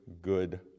good